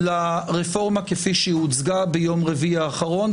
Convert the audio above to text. לרפורמה כפי שהיא הוצגה ביום רביעי האחרון.